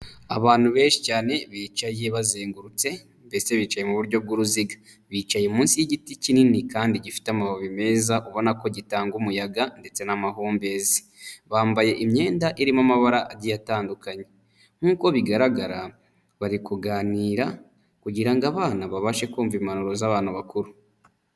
Abantu benshi cyane bicaye bazengurutse ndetse bicaye mu buryo bw'uruziga. Bicaye munsi y'igiti kinini kandi gifite amababi meza, ubona ko gitanga umuyaga ndetse n'amahumbezi. Bambaye imyenda irimo amabara agiye atandukanye. Nk'uko bigaragara, bari kuganira kugira ngo abana babashe kumva impanuro z'abantu bakuru.